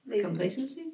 complacency